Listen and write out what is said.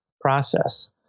process